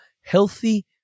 healthy